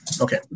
Okay